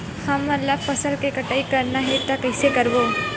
हमन ला फसल के कटाई करना हे त कइसे करबो?